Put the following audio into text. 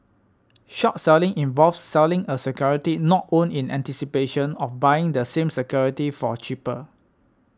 short selling involves selling a security not owned in anticipation of buying the same security for cheaper